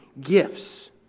gifts